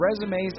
resumes